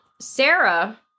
Sarah